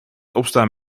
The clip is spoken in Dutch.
opstaan